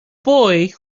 boy